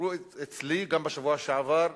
ביקרו אצלי, גם בשבוע שעבר,